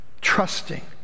trusting